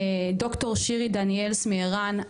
ד"ר שירי דניאלס מער"ן,